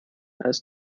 als